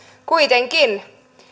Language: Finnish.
kuitenkin